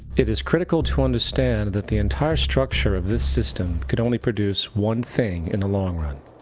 it is critical to understand that the entire structure of this system can only produce one thing in the long run